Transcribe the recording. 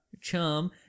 Charm